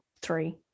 three